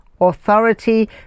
authority